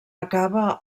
acaba